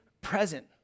present